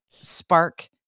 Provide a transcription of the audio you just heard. spark